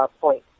point